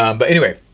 um but anyway,